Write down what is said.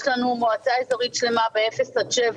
יש לנו מועצה אזורית שלמה ב-0 עד 7,